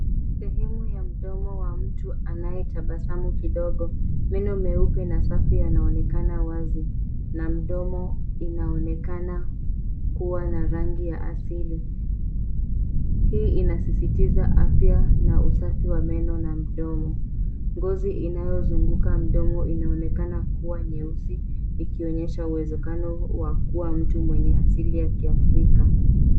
Sehemu ya mdomo wa mtu anayetabasamu kidogo. Meno meupe na safi yanaonekana wazi na mdomo inaonekana kuwa na rangi ya asili. Hii inasisitiza afya na usafi wa meno na mdomo. Ngozi inayozunguka mdomo inaonekana kuwa nyeusi ikionyesha uwezekano wa kuwa mtu mwenye asili ya kiafrika.